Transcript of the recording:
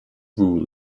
rule